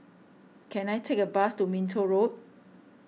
can I take a bus to Minto Road